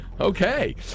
Okay